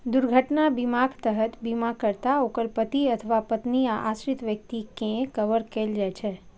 दुर्घटना बीमाक तहत बीमाकर्ता, ओकर पति अथवा पत्नी आ आश्रित व्यक्ति कें कवर कैल जाइ छै